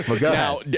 Now